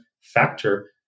factor